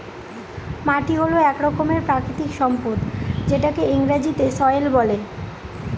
মাটি হল এক রকমের প্রাকৃতিক সম্পদ যেটাকে ইংরেজিতে সয়েল বলে